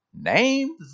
NAME